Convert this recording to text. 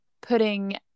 putting